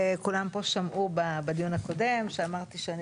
כולם פה שמעו בדיון הקודם שאמרתי שאני